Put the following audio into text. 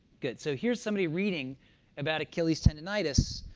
good, so here's somebody reading about achilles tendinitis,